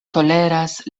toleras